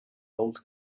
old